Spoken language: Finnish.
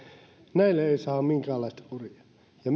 näille ei saa minkäänlaista kuria ja